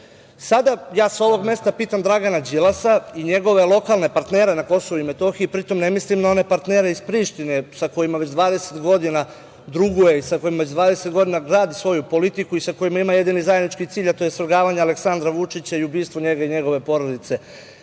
ja sa ovog mesta Dragana Đilasa i njegove lokalne partnere na Kosovu i Metohiji, pri tome ne mislim na one partnere iz Prištine sa kojima već 20 godina druguje i sa kojima već 20 godina gradi svoju politiku i sa kojima ima jedini zajednički cilj, a to je svrgavanje Aleksandra Vučića i ubistva njega i njegove porodice,